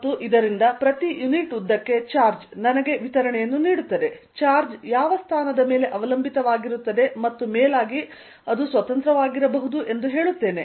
ಮತ್ತು ಇದರಿಂದ ಪ್ರತಿ ಯುನಿಟ್ ಉದ್ದಕ್ಕೆ ಚಾರ್ಜ್ ನನಗೆ ವಿತರಣೆಯನ್ನು ನೀಡುತ್ತದೆ ಚಾರ್ಜ್ ಯಾವ ಸ್ಥಾನದ ಮೇಲೆ ಅವಲಂಬಿತವಾಗಿರುತ್ತದೆ ಮತ್ತು ಮೇಲಾಗಿ ಅದು ಸ್ವತಂತ್ರವಾಗಿರಬಹುದು ಎಂದು ಹೇಳುತ್ತೇನೆ